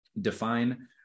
define